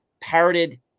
parroted